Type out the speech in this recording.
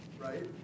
right